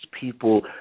people